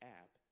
app